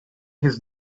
his